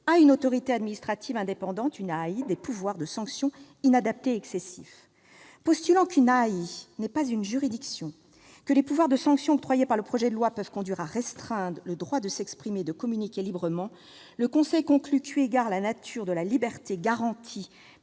à une autorité administrative indépendante, ou AAI, des pouvoirs de sanction inadaptés et excessifs. Postulant qu'une AAI « n'est pas une juridiction », que les pouvoirs de sanction octroyés par le projet de loi « peuvent conduire à restreindre » le « droit de s'exprimer et de communiquer librement », le Conseil conclut que, « eu égard à la nature de la liberté garantie